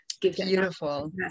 Beautiful